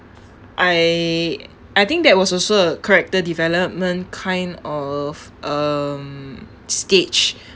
I I think that was also a character development kind of um stage